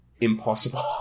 impossible